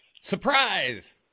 Surprise